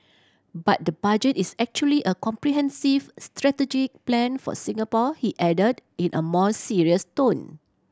but the Budget is actually a comprehensive strategic plan for Singapore he added in a more serious tone